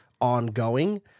ongoing